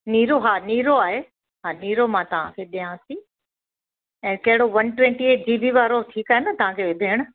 नीरो हा नीरो आहे हा नीरो मां तव्हांखे ॾिया थी ऐं कहिड़ो one twenty eight G B वारो ठीकु आहे न तव्हांखे भेण